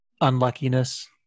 unluckiness